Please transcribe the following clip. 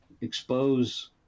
Expose